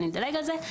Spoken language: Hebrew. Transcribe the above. אני אדלג על זה.